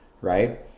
right